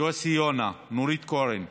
יוסי יונה, נורית קורן,